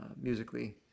musically